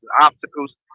obstacles